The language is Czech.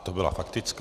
To byla faktická.